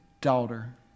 daughter